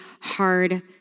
hard